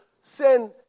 Sin